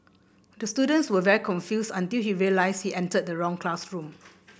the students were very confused until he realised he entered the wrong classroom